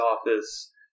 office